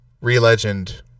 Re-Legend